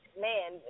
man